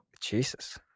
Jesus